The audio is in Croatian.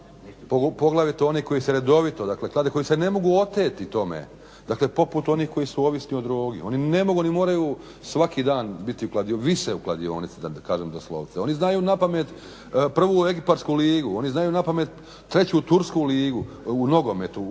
poglavito oni koji se redovito klade, koji se ne mogu oteti tome, dakle poput onih koji su ovisni o drogi. Oni moraju svaki dan biti u kladionici, vise u kladionici da kažem doslovce. Oni znaju na pamet prvu Egipatsku ligu, oni znaju na pamet treću Tursku ligu u nogometu,